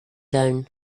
down